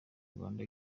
uganda